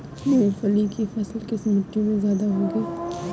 मूंगफली की फसल किस मिट्टी में ज्यादा होगी?